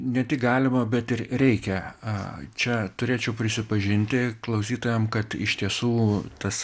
ne tik galima bet ir reikia a čia turėčiau prisipažinti klausytojam kad iš tiesų tas